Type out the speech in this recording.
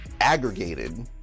aggregated